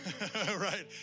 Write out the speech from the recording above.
Right